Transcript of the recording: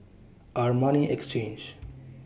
Armani Exchange